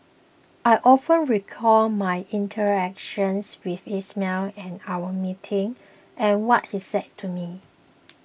I often recall my interactions with Ismail and our meetings and what he said to me